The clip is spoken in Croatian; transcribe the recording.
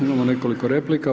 Imamo nekoliko replika.